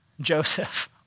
Joseph